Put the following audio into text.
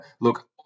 look